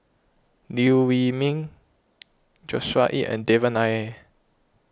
Liew Wee Mee Joshua Ip and Devan Nair